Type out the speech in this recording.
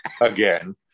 again